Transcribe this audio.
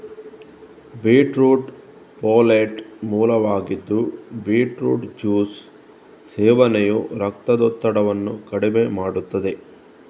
beetroot folate ಮೂಲವಾಗಿದ್ದು beetroot juice ಸೇವನೆಯು ರಕ್ತದೊತ್ತಡವನ್ನು ಕಡಿಮೆ ಮಾಡುತ್ತದೆ